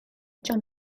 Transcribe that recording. john